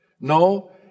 No